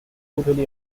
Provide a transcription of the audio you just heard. totally